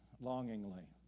longingly